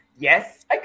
Yes